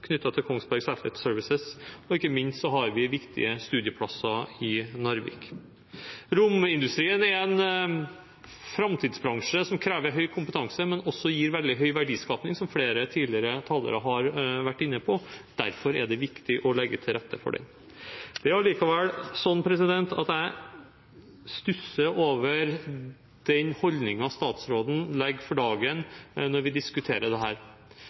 knyttet til Kongsberg Satellite Services, og ikke minst har vi viktige studieplasser i Narvik. Romindustrien er en framtidsbransje som krever høy kompetanse, men også gir veldig høy verdiskapning, som flere tidligere talere har vært inne på. Derfor er det viktig å legge til rette for den. Likevel stusser jeg over den holdningen statsråden legger for dagen når vi diskuterer dette. Når statsråden framstiller det